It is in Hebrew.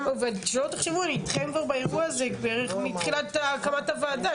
שלא תחשבו אני אתכם כבר באירוע הזה בערך מתחילת הקמת הוועדה,